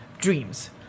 dreams